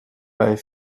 bei